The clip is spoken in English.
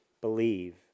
believe